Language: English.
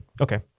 okay